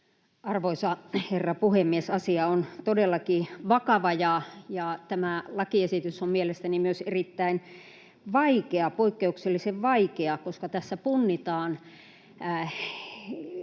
Arvoisa herra puhemies! Asia on todellakin vakava, ja tämä lakiesitys on mielestäni myös erittäin vaikea, poikkeuksellisen vaikea, koska tässä punnitaan